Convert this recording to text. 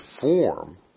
form